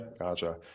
Gotcha